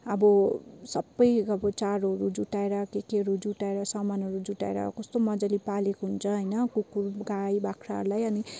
अब सबै अब चारोहरू जुटाएर के केहरू जुटाएर सामानहरू जुटाएर कस्तो मजाले पालेको हुन्छ होइन कुकुर गाई बाख्राहरूलाई होइन अनि